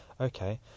Okay